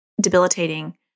debilitating